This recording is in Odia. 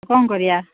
କ'ଣ କରିବା